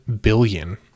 billion